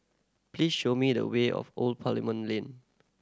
please show me the way of Old Parliament Lane